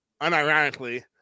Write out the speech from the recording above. unironically